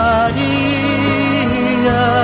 Maria